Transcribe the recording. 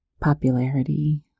popularity